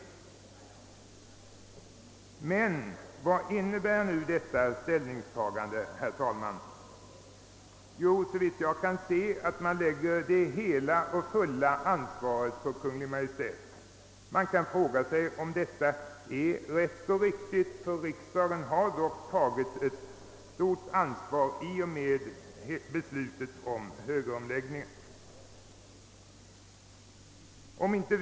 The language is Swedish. Såvitt jag kan se innebär detta ställningstagande att man helt och fullt lägger ansvaret på Kungl. Maj:t! Eftersom riksdagen tagit ett stort ansvar i och med beslutet rörande högeromläggningcn, kan man fråga sig om detta är rätt och riktigt?